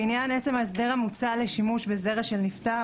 לעניין עצם הזרע מוצע לשימוש בזרע של נפטר.